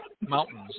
mountains